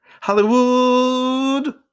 Hollywood